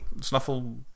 Snuffle